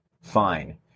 Fine